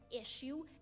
issue